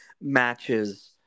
matches